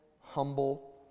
humble